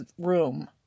room